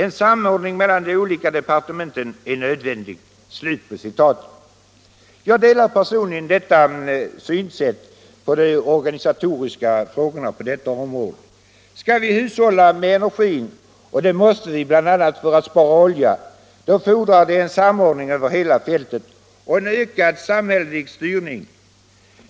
En samordning mellan de olika departementen är nödvändig.” Jag delar personligen detta synsätt på de organisatoriska frågorna. Skall vi hushålla med energin — och det måste vi, bl.a. för att spara olja — så fordras det en samordning över hela fältet och en ökad samhällelig styrning.